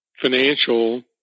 financial